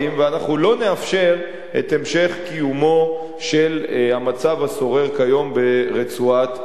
ואנחנו לא נאפשר את המשך קיומו של המצב השורר כיום ברצועת-עזה.